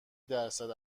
درصد